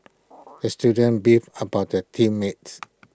the student beefed about the team mates